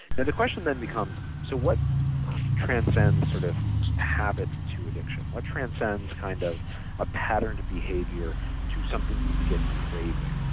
but the question then becomes so what transcends sort of habit to addiction, what transcends kind of a pattern to behavior to something you begin craving.